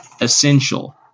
essential